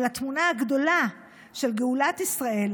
על התמונה הגדולה של גאולת ישראל,